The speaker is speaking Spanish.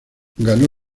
ganó